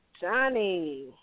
Johnny